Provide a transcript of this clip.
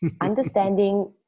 Understanding